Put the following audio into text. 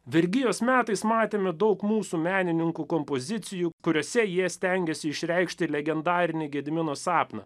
vergijos metais matėme daug mūsų menininkų kompozicijų kuriose jie stengėsi išreikšti legendarinį gedimino sapną